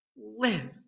live